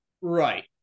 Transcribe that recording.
Right